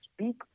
speak